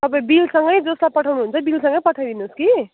तपाईँ बिलसँगै जसलाई पठाउनु हुन्छ बिलसँगै पठाइदिनु होस् कि